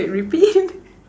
wait repeat